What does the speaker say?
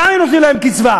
גם אם תיתנו להם קצבה,